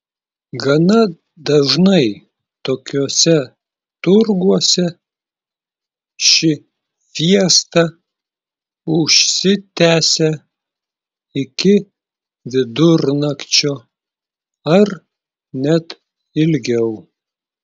gana dažnai tokiuose turguose ši fiesta užsitęsia iki vidurnakčio ar net ilgiau